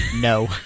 no